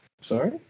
Sorry